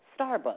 Starbucks